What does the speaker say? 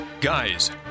Guys